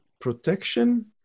protection